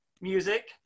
music